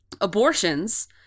abortions